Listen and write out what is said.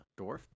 dwarf